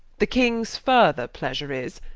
the kings further pleasure is,